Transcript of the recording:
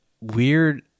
weird